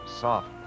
Soft